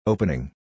Opening